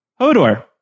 Hodor